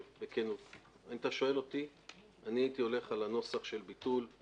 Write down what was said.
בכנות אם אתה שואל אותי אני הייתי הולך על הנוסח של ביטול.